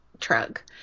truck